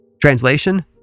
Translation